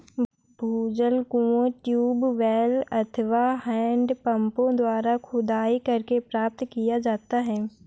भूजल कुओं, ट्यूबवैल अथवा हैंडपम्पों द्वारा खुदाई करके प्राप्त किया जाता है